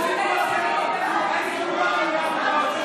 אתה מפריע לי לנהל את המליאה.